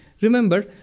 remember